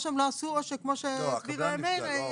או שאם לא עשו או שכמו שהסביר מאיר.